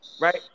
right